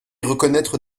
reconnaître